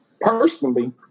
personally